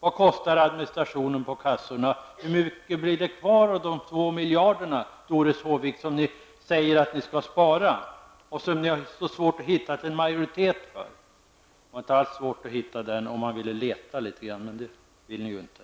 Vad kostar administrationen på kassorna? Hur mycket, Doris Håvik, blir det kvar av de 2 miljarder som ni säger att ni skall spara, ett förslag som ni har svårt att hitta en majoritet för? Det skulle inte alls vara svårt att hitta den majoriteten om ni ville leta litet grand, men det vill ni ju inte.